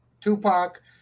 Tupac